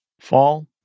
fall